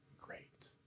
great